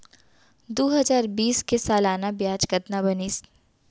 दू हजार बीस के सालाना ब्याज कतना बनिस?